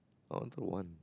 onto one